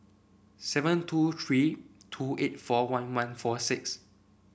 seven two three two eight four one one four six